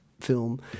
film